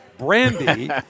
Brandy